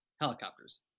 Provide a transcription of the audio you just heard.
helicopters